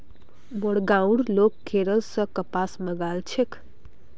मोर गांउर लोग केरल स कपास मंगा छेक